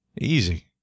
Easy